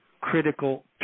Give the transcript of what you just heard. critical